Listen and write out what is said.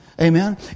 Amen